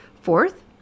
Fourth